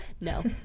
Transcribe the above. no